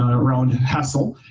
ah around hessel.